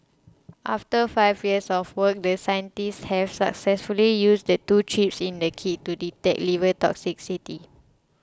after five years of work the scientists have successfully used the two chips in the kit to detect liver toxicity